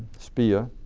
spear